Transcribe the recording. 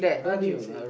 I didn't see